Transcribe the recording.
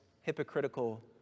hypocritical